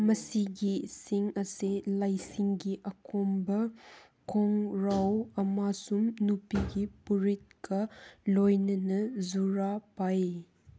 ꯃꯁꯤꯒꯤ ꯁꯤꯡ ꯑꯁꯤ ꯂꯥꯁꯤꯡꯒꯤ ꯑꯀꯣꯝꯕ ꯈꯣꯡꯔꯥꯎ ꯑꯃꯁꯨꯡ ꯅꯨꯄꯤꯒꯤ ꯐꯨꯔꯤꯠꯀ ꯂꯣꯏꯅꯅ ꯖꯨꯔꯥ ꯄꯥꯏ